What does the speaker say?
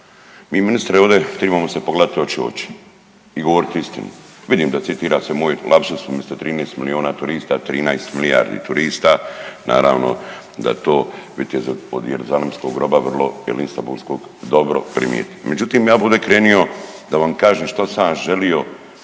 Mi ministre ovdje tribamo se pogledati oči u oči i govoriti istinu. Vidim da citira se moj lapsus umjesto 13 milijuna turista 13 milijardi turista, naravno da to vitez od Jeruzalemskog groba vrlo ili istambulskog dobro primijeti. Međutim, ja bi ovdje krenuo da vam kažem što sam želio